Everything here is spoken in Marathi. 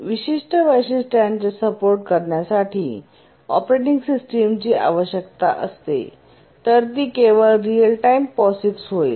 विशिष्ट वैशिष्ट्यांचे सपोर्ट करण्यासाठी ऑपरेटिंग सिस्टमची आवश्यकता असते तर ती केवळ रीअल टाइम POSIX होईल